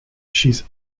she’s